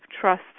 trust